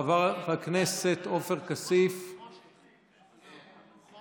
חבר הכנסת עופר כסיף, בבקשה.